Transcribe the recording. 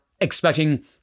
expecting